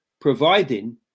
providing